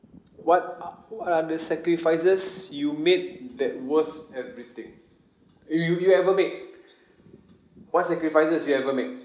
what are w~ are the sacrifices you made that worth everything you you ever make what sacrifices you ever make